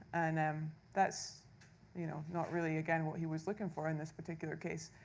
and um that's you know not really, again, what he was looking for in this particular case.